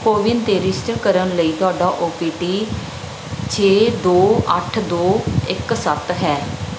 ਕੋਵਿਨ 'ਤੇ ਰਜਿਸਟਰ ਕਰਨ ਲਈ ਤੁਹਾਡਾ ਓ ਪੀ ਟੀ ਛੇ ਦੋ ਅੱਠ ਦੋ ਇੱਕ ਸੱਤ ਹੈ